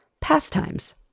Pastimes